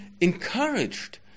encouraged